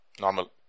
Normal